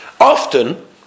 Often